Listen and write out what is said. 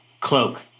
cloak